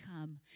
come